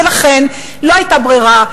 לכן לא היתה ברירה,